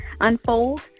unfold